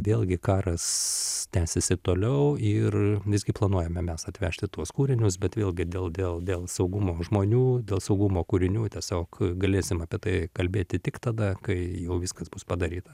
vėlgi karas tęsiasi toliau ir visgi planuojame mes atvežti tuos kūrinius bet vėlgi dėl dėl dėl saugumo žmonių dėl saugumo kūrinių tiesiog galėsim apie tai kalbėti tik tada kai jau viskas bus padaryta